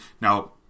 Now